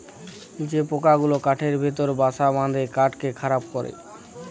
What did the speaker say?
যে পকা গুলা কাঠের ভিতরে বাসা বাঁধে কাঠকে খারাপ ক্যরে